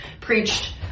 preached